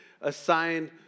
assigned